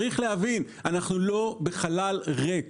צריך להבין, אנחנו לא בחלל ריק.